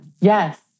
Yes